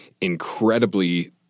incredibly